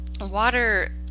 water